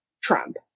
Trump